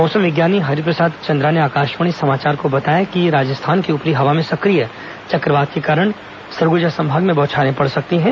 मौसम विज्ञानी हरिप्रसाद चंद्रा ने आकाशवाणी समाचार को बताया कि राजस्थान की ऊपरी हवा में सक्रिय चक्रवात के कारण सरगुजा संभाग में बौछारे पड़ सकती हैं